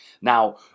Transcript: Now